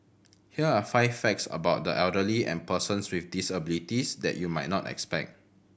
here are five facts about the elderly and persons with disabilities that you might not expect